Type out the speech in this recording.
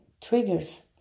triggers